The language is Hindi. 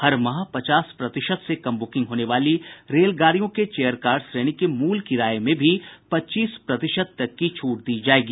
हर माह पचास प्रतिशत से कम बूकिंग होने वाली रेलगड़ियों के चेयर कार श्रेणी के मूल किराये में भी पच्चीस प्रतिशत तक की छूट दी जायेगी